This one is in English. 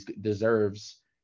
deserves